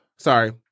Sorry